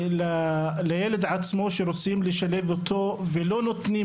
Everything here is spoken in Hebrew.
לילד עצמו שרוצים לשלב אותו ולא נותנים